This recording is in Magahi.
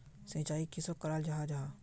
सिंचाई किसोक कराल जाहा जाहा?